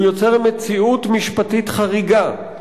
הוא יוצר מציאות משפטית חריגה,